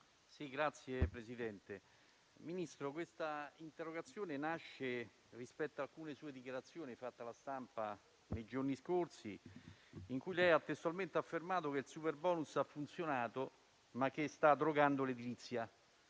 *(FdI)*. Signor Ministro, questa interrogazione nasce sulla scorta di alcune sue dichiarazioni rilasciate alla stampa nei giorni scorsi, in cui lei ha testualmente affermato che il superbonus ha funzionato, ma sta drogando l'edilizia,